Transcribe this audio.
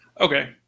Okay